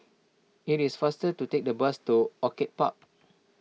it is faster to take the bus to Orchid Park